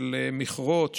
של מכרות,